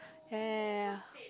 ya